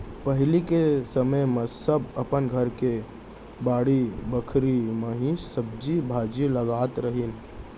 पहिली के समे म सब अपन घर के बाड़ी बखरी म ही सब्जी भाजी लगात रहिन